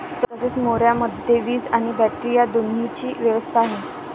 तसेच मोऱ्यामध्ये वीज आणि बॅटरी या दोन्हीची व्यवस्था आहे